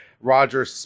Roger